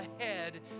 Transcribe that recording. ahead